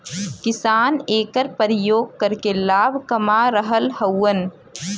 किसान एकर परियोग करके लाभ कमा रहल हउवन